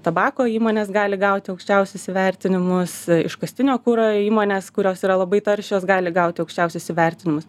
tabako įmonės gali gauti aukščiausius įvertinimus iškastinio kuro įmonės kurios yra labai taršios gali gauti aukščiausius įvertinimus